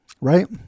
right